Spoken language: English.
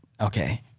Okay